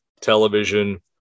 television